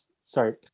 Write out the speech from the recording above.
sorry